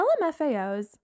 LMFAOs